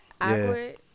awkward